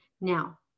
now